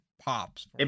pops